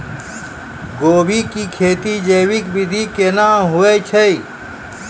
गोभी की खेती जैविक विधि केना हुए छ?